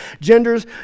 genders